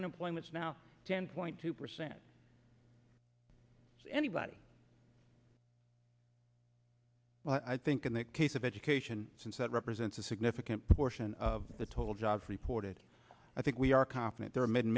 unemployment is now ten point two percent anybody i think in the case of education since that represents a significant portion of the total jobs reported i think we are confident there are many